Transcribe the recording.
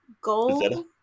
Gold